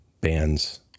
bands